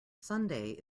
sunday